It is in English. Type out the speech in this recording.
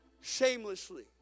shamelessly